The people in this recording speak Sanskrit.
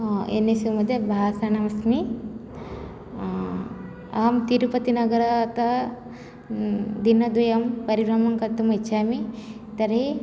एन् एस् यु मद्ये भाषणमस्मि अहं तिरुपतिनगरतः दिनद्वयं परिभ्रमण कर्तुम् इच्छामि तर्हि